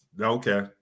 Okay